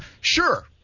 sure